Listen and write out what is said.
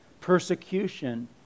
persecution